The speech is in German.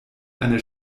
eine